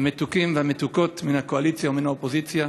המתוקים והמתוקות מן הקואליציה ומן האופוזיציה,